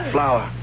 Flower